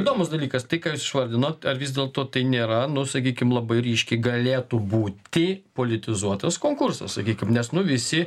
įdomus dalykas tai ką išvardinot ar vis dėlto tai nėra nu sakykim labai ryški galėtų būti politizuotas konkursas sakykim nes nu visi